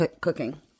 cooking